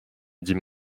dit